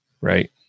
right